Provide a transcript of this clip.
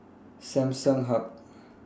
Samsung Hub